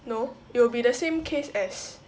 no it will be the same case as